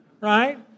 right